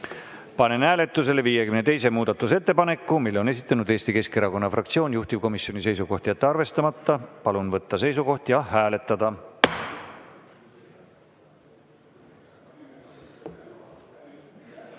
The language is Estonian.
Panen hääletusele 52. muudatusettepaneku. Selle on esitanud Eesti Keskerakonna fraktsioon. Juhtivkomisjoni seisukoht on jätta arvestamata. Palun võtta seisukoht ja hääletada!